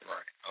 Right